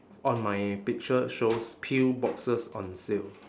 on my picture shows pill boxes on sale